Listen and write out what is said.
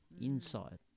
Inside